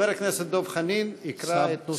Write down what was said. חבר הכנסת דב חנין יקרא את נוסח השאלה.